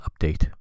update